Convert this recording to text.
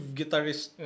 guitarist